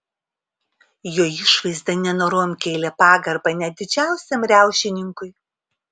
jo išvaizda nenorom kėlė pagarbą net didžiausiam riaušininkui